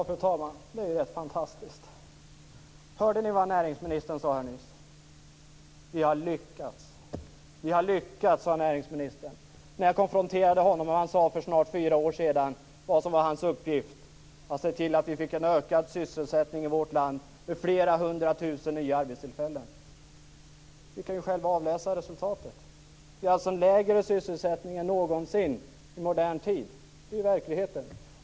Fru talman! Det är ju rätt fantastiskt. Hörde ni vad näringsministern sade nyss? Vi har lyckats, sade näringsministern när jag konfronterade honom med vad han sade för snart fyra år sedan om vad som var hans uppgift, alltså att se till att vi fick en ökad sysselsättning i vårt land med flera hundra tusen nya arbetstillfällen. Vi kan ju själva avläsa resultatet. Det är alltså lägre sysselsättning nu än någonsin i modern tid. Det är verkligheten.